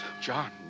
John